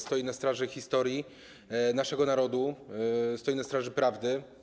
Stoi na straży historii naszego narodu, stoi na straży prawdy.